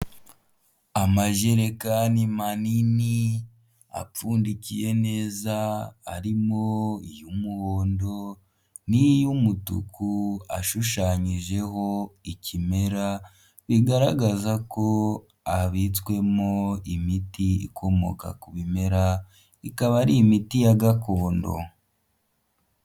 Amajerekani manini apfundikiye neza, harimo iy'umuhondo n'iy'umutuku ashushanyijeho ikimera, bigaragaza ko abitswemo imiti ikomoka ku bimera, ikaba ari imiti ya gakondo.